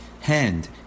hand